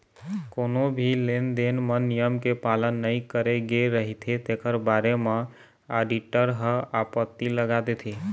कोनो भी लेन देन म नियम के पालन नइ करे गे रहिथे तेखर बारे म आडिटर ह आपत्ति लगा देथे